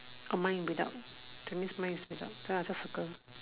um mine without that means mine is without then I just circle